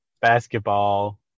basketball